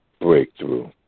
breakthrough